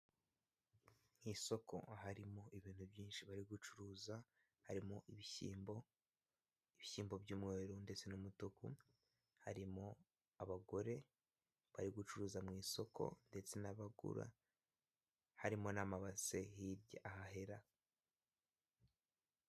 Mu isoko harimo ibintu byishi bari gucuruza, harimo ibishyimbo, ibishimbo by'umweru ndetse n'umutuku harimo abagore bari gucuruza mu isoko, ndetse n'abagura, harimo n'amabase hirya ahahera.